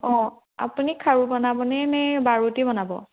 অঁ আপুনি খাৰু বনাবনে নে বাৰতি বনাব